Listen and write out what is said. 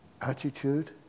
attitude